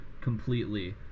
completely